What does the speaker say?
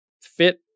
fit